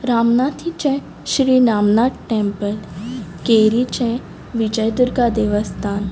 रामनाथीचें Shri Ramnath temple केरीचें विजयदुर्गा देवस्थान